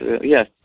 Yes